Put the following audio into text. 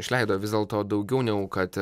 išleido vis dėlto daugiau negu kad